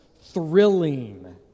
thrilling